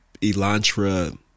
Elantra